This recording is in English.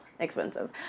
expensive